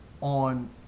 on